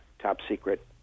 top-secret